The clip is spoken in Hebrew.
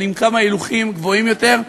אבל עם כמה הילוכים גבוהים יותר.